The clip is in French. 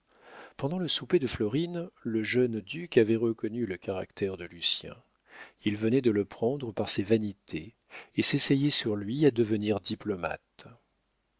pendant le souper de florine le jeune duc avait reconnu le caractère de lucien il venait de le prendre par ses vanités et s'essayait sur lui à devenir diplomate